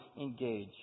engage